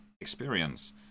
experience